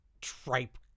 tripe